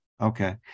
Okay